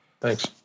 thanks